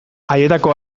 haietako